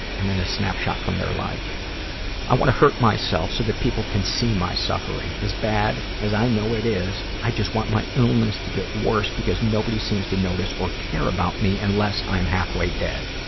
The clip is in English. and then a snapshot from their life i wanna hurt myself so that people can see my suffering. as bad as i know it is, i just want my illness to get worse because nobody seems to notice or care about me unless i'm halfway dead.